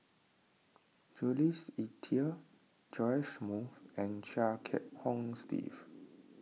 Jules Itier Joash Moo and Chia Kiah Hong Steve